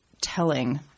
telling